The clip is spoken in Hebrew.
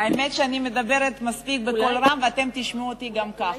האמת היא שאני מדברת בקול רם מספיק ותשמעו אותי גם ככה.